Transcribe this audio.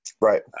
Right